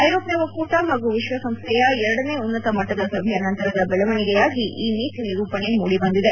ಐರೋಪ್ಯ ಒಕ್ಕೂಟ ಹಾಗೂ ವಿಶ್ವಸಂಸ್ಥೆಯ ಎರಡನೇ ಉನ್ನತ ಮಟ್ಲದ ಸಭೆಯ ನಂತರದ ಬೆಳವಣಿಗೆಯಾಗಿ ಈ ನೀತಿ ನಿರೂಪಣೆ ಮೂಡಿಬಂದಿದೆ